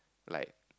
like